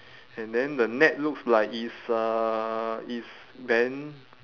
and then the net looks like it's uh it's bent